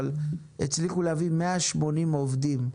הצליחו להביא 180 עובדים,